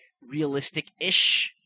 realistic-ish